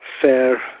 fair